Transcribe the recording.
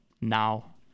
Now